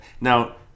Now